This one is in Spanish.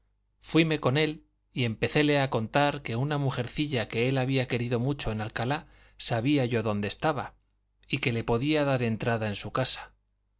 comido fuime con él y empecéle a contar que una mujercilla que él había querido mucho en alcalá sabía yo dónde estaba y que le podía dar entrada en su casa